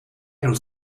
doet